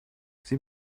sie